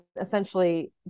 essentially